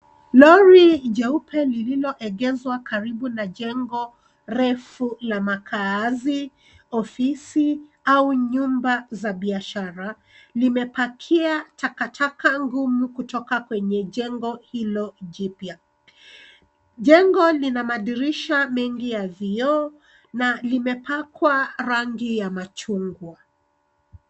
Lori jeupe lililoegeshwa karibu na jengo refu ya makaazi, ofisi au nyumba za biashara, limepakia takataka ngumu kutoka kwenye jengo hilo jipya. Jengo lina madirisha mengi ya vioo na limepakwa rangi ya machungwa.